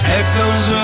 echoes